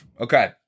Okay